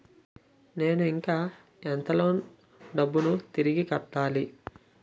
నేను ఇంకా ఎంత లోన్ డబ్బును తిరిగి కట్టాలి?